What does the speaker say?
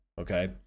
okay